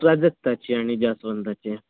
प्राजक्ताची आणि जास्वंदाचे